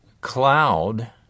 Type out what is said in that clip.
cloud